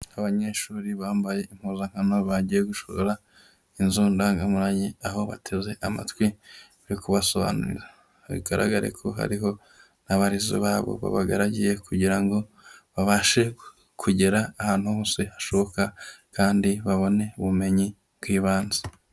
Abanyeshuri bambaye impuzankano, bagiye gusura inzu ndangamurage, aho bateze amatwi uri kubasobanurira, bigaragare ko hariho n'abarezi babo babagaragiye, kugira ngo babashe kugera ahantu hose hashoboka, kandi babone ubumenyi bw'ibanze.